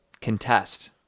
contest